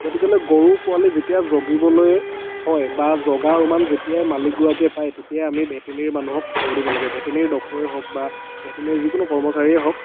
গতিক'লে গৰুৰ পোৱালি যেতিয়া জগিবলে হয় বা জগাৰ উমান যেতিয়াই মালিক গৰাকীয়ে পায় তেতিয়াই আমি ভেটেনেৰি মানুহক খবৰ দিব লাগে ভেটেনেৰি ডক্তৰেই হওক বা ভেটেনেৰি যিকোনো কৰ্মচাৰীয়ে হওক